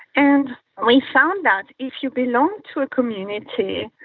and we found that if you belong to a community,